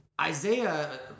Isaiah